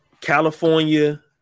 California